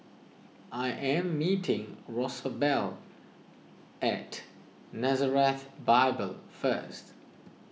I am meeting Rosabelle at Nazareth Bible first